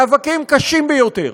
מאבקים קשים ביותר.